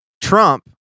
Trump